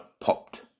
popped